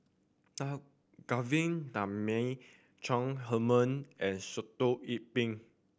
Na Govindasamy Chong Heman and Sitoh Yih Pin